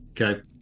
Okay